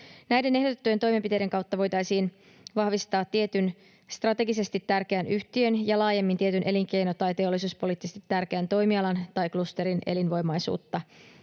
Näiden ehdotettujen toimenpiteiden kautta voitaisiin vahvistaa tietyn strategisesti tärkeän yhtiön ja laajemmin tietyn elinkeino- tai teollisuuspoliittisesti tärkeän toimialan tai klusterin elinvoimaisuutta.